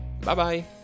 Bye-bye